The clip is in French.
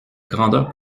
grandeur